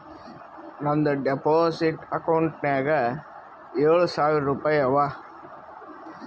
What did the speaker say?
ನಂದ್ demand deposit ಅಕೌಂಟ್ನಾಗ್ ಏಳ್ ಸಾವಿರ್ ರುಪಾಯಿ ಅವಾ